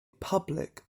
public